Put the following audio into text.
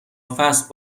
فصل